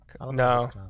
No